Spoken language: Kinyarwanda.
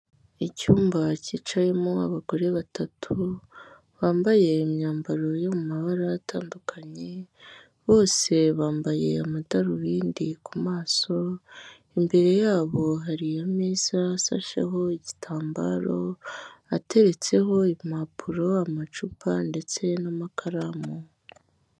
Icyumba cyicayemo abagore batatu bambaye imyambaro yo mu mabara atandukanye bose bambaye amadarubindi ku maso, imbere yabo hariyo ameza asasheho igitambaro ateretseho impapuro, amacupa ndetse n'amakaramu.